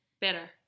better